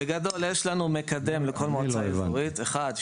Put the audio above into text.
בגדול יש לנו מקדם לכל מועצה אזורית אחד,